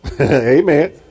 Amen